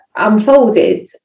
unfolded